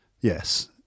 Yes